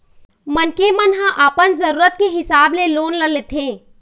मनखे मन ह अपन जरुरत के हिसाब ले लोन ल लेथे